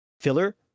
filler